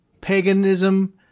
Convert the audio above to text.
paganism